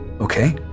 okay